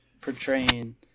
portraying